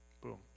Boom